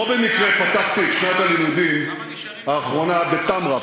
לא במקרה פתחתי את שנת הלימודים האחרונה בתמרה,